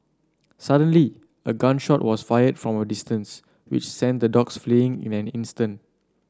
suddenly a gun shot was fired from distance which sent the dogs fleeing in an instant